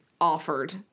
offered